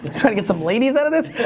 trying to get some ladies out of this.